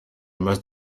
must